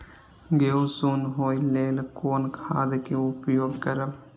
गेहूँ सुन होय लेल कोन खाद के उपयोग करब?